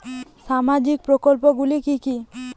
সামাজিক প্রকল্পগুলি কি কি?